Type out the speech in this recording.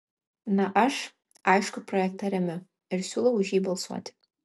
na aš aišku projektą remiu ir siūlau už jį balsuoti